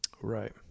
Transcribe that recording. Right